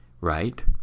right